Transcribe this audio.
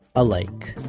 alike